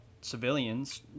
civilians